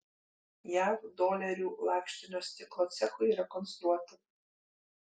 jav dolerių lakštinio stiklo cechui rekonstruoti